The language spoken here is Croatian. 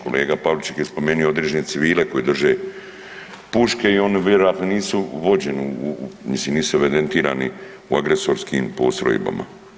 Kolega Pavliček je spomenuo određene civile koji drže puške i oni vjerojatno nisu vođeni, mislim nisu evidentirani u agresorskim postrojbama.